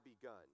begun